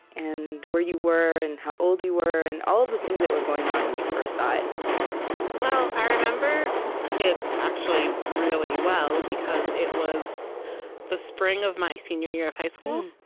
and where you were and how old you were and all of the things that were going on when you first saw it well, i remember it, actually, really well, because it was the spring of my senior year of high school.